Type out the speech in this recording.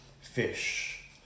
fish